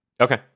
okay